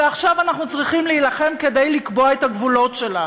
ועכשיו אנחנו צריכים להילחם כדי לקבוע את הגבולות שלה.